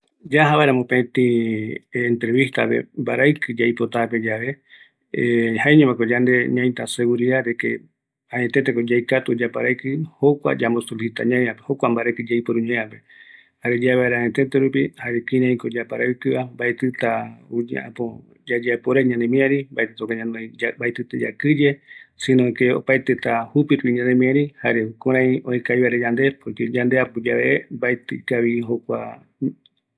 Yayoesa vaera mbaravɨkɨ iyandive, jaeko ñanoita añeteteko yaikatu jokua mbaravɨkɨ yayapo vaera, yaikatuta ñanemiarï jupirupi, mbaetɨta yanndeapu